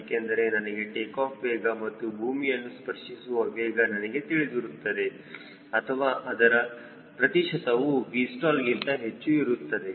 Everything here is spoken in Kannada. ಏಕೆಂದರೆ ನನಗೆ ಟೇಕಾಫ್ ವೇಗ ಮತ್ತು ಭೂಮಿಯನ್ನು ಸ್ಪರ್ಶಿಸುವ ವೇಗ ನನಗೆ ತಿಳಿದಿರುತ್ತದೆ ಅಥವಾ ಅದರ ಪ್ರತಿಶತವೂ Vstall ಗಿಂತ ಹೆಚ್ಚು ಇರುತ್ತದೆ